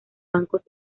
bancos